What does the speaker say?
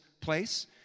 place